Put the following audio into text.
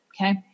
Okay